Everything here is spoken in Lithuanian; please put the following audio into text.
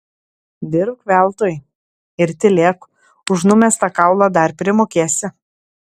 dirbk veltui ir tylėk už numestą kaulą dar primokėsi